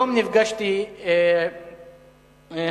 אדוני היושב-ראש,